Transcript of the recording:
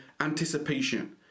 anticipation